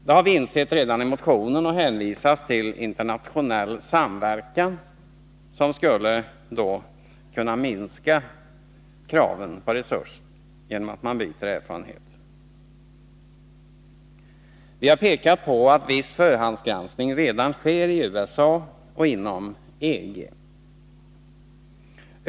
Det insåg vi redan när vi skrev motionen, där vi hänvisar till internationell samverkan som skulle kunna minska kraven på resurser genom att man byter erfarenheter. Vi har pekat på att viss förhandsgranskning redan sker i USA och inom EG.